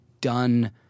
done